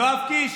יואב קיש,